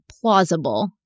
plausible